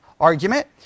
argument